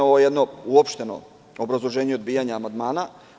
Ovo je jedno uopšteno obrazloženje odbijanja amandmana.